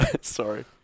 sorry